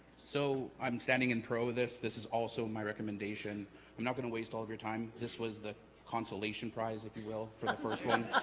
so i'm standing in pro this this is also my recommendation i'm not gonna waste all of your time this was the consolation prize if you will for the first one